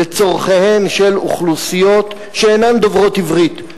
לצורכיהן של אוכלוסיות שאינן דוברות עברית.